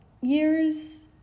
years